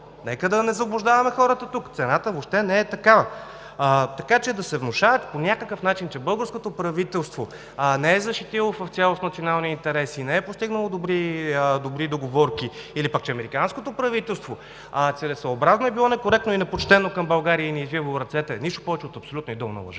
Нека да не заблуждаваме хората тук – цената въобще не е такава! Така че да се внушава по някакъв начин, че българското правителство не е защитило в цялост националния интерес и не е постигнало добри договорки или пък че американското правителство целесъобразно е било некоректно и непочтено към България и ни е извивало ръцете – нищо повече от абсолютна и долна лъжа.